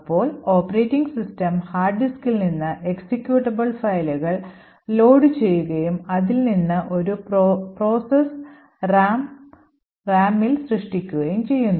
അപ്പോൾ operating system hard ഡിസ്കിൽ നിന്ന് എക്സിക്യൂട്ടബിൾ ഫയലുകൾ ലോഡ് ചെയ്യുകയും അതിൽ നിന്ന് ഒരു പ്രോസസ്സ് റാമിൽ സൃഷ്ടിക്കുകയും ചെയ്യുന്നു